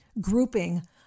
grouping